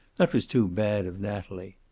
that was too bad of natalie.